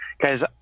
guys